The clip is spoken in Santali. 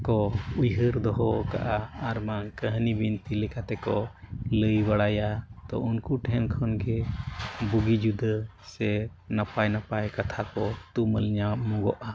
ᱠᱚ ᱩᱭᱦᱟᱹᱨ ᱫᱚᱦᱚ ᱟᱠᱟᱫᱼᱟ ᱟᱨ ᱵᱟᱝ ᱠᱟᱹᱱᱦᱤ ᱵᱤᱱᱛᱤ ᱞᱮᱠᱟ ᱛᱮᱠᱚ ᱞᱟᱹᱭ ᱵᱟᱲᱟᱭᱟ ᱛᱚ ᱩᱱᱠᱩ ᱴᱷᱮᱱ ᱠᱷᱚᱱᱜᱮ ᱵᱩᱜᱤ ᱡᱩᱫᱟᱹ ᱥᱮ ᱱᱟᱯᱟ ᱱᱟᱯᱟᱭ ᱠᱟᱛᱷᱟ ᱠᱚ ᱛᱩᱢᱟᱹᱞ ᱧᱟᱢᱚᱜᱚᱜᱼᱟ